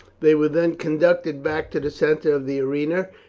they were then conducted back to the centre of the arena,